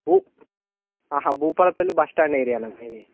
Bhupalpally bus stand ఏరియానా మీది